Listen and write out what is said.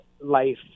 life